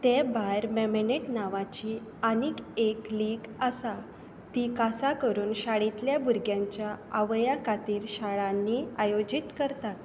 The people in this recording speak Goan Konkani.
तें भायर मॅमॅनॅट नांवाची आनीक एक लीग आसा ती खासा करून शाळेंतल्या भुरग्यांच्या आवयां खातीर शाळांनी आयोजीत करतात